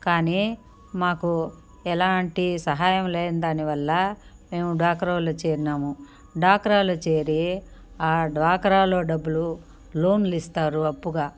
కానీ మాకు ఎలాంటి సహాయం లేని దానివల్ల మేము డ్వాక్రాలో చేరినాము డ్వాక్రాలో చేరి డ్వాక్రాలో డబ్బులు లోన్లిస్తారు అప్పుగా